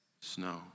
snow